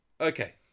Okay